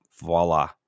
Voila